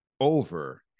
over